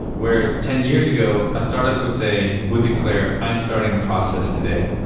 where ten years ago, a startup would say, would declare, i am starting a process today.